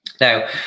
Now